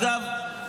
אגב,